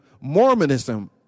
Mormonism